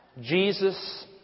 Jesus